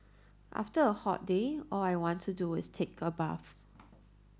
after a hot day all I want to do is take a bath